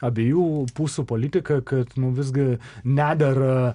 abiejų pusių politika kad visgi nedera